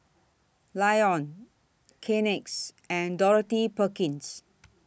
Lion Kleenex and Dorothy Perkins